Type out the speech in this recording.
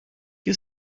you